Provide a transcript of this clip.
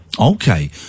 Okay